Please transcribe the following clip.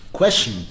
Question